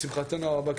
לשמחתנו הרבה,